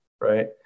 Right